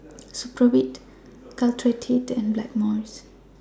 Supravit Caltrate and Blackmores